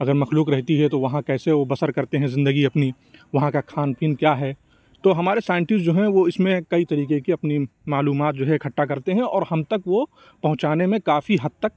اگر مخلوق رہتی ہے تو وہاں کیسے وہ بسر کرتے ہیں زندگی اپنی وہاں کا کھانا پینا کیا ہے تو ہمارے سائنٹسٹ جو ہیں وہ اِس میں کئی طریقے کے اپنی معلومات جو ہے اِکھٹا کرتے ہیں اور ہم تک وہ پہنچانے میں کافی حد تک